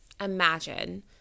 Imagine